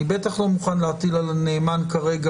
אני בטח לא מוכן להטיל על הנאמן כרגע,